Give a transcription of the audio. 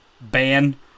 ban